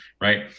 right